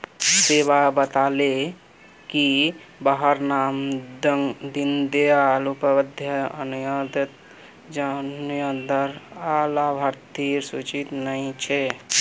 स्वेता बताले की वहार नाम दीं दयाल उपाध्याय अन्तोदय योज्नार लाभार्तिर सूचित नी छे